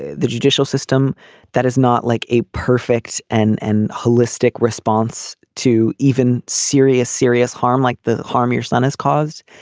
the judicial system that is not like a perfect and and holistic response to even serious serious harm like the harm your son has caused.